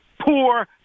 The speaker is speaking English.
Poor